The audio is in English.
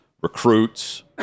recruits